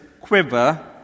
quiver